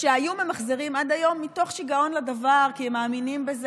שהיו ממחזרים עד היום מתוך שיגעון לדבר כי הם מאמינים בזה,